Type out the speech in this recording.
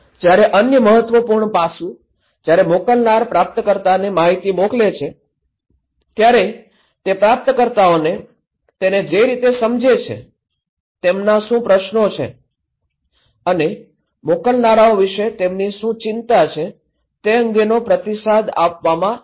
જ્યારે અન્ય મહત્વપૂર્ણ પાસું જ્યારે મોકલનાર પ્રાપ્તકર્તાને માહિતી મોકલે છે ત્યારે તે પ્રાપ્તકર્તાઓ તેને જે રીતે સમજે છે તેમના શું પ્રશ્નો છે અને મોકલનારાઓ વિશે તેમની શું ચિંતા છે તે અંગેનો પ્રતિસાદ આપવામાં સક્ષમ હશે